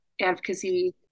advocacy